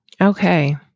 Okay